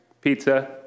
pizza